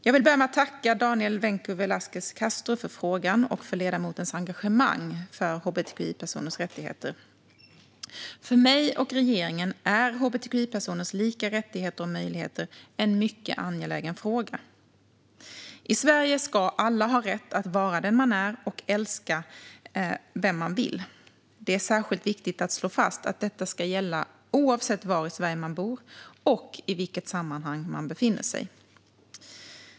Jag vill börja med att tacka Daniel Vencu Velasquez Castro för frågan och för ledamotens engagemang för hbtqi-personers rättigheter. För mig och regeringen är hbtqi-personers lika rättigheter och möjligheter en mycket angelägen fråga. I Sverige ska alla ha rätt att vara den man är och älska vem man vill. Det är särskilt viktigt att slå fast att detta ska gälla oavsett var i Sverige man bor och i vilket sammanhang man befinner sig.